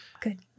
Good